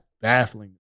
baffling